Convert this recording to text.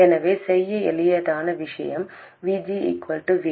எனவே செய்ய எளிதான விஷயம் VG VD